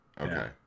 Okay